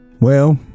Well